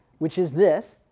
which is this,